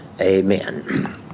Amen